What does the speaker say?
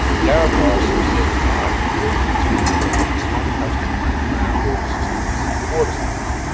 jarrah forests were set aside for water catchment and the swan coastal plain groundwater systems for water supply.